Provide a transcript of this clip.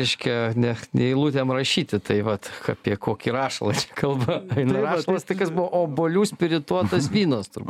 reiškia ne ne eilutėm rašyti tai vat apie kokį rašalą čia kalba eina rašalas tai kas buvo obuolių spirituotas vynas turbūt